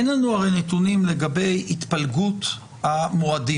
אין לנו הרי נתונים לגבי התפלגות המועדים.